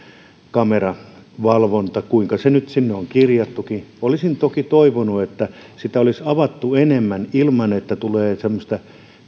kameravalvonta kuinka se nyt sinne on kirjattukin olisin toki toivonut että sitä olisi avattu enemmän ilman että tulee semmoista